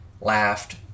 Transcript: laughed